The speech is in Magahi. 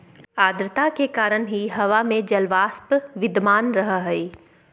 आद्रता के कारण ही हवा में जलवाष्प विद्यमान रह हई